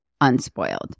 unspoiled